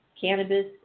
Cannabis